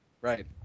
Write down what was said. Right